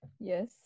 Yes